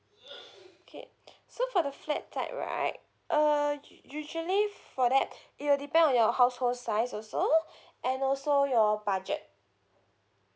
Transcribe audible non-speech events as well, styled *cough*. okay *breath* so for the flat type right uh usu~ usually for that *breath* it will depend on your household size also *breath* and also your budget